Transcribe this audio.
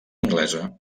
anglesa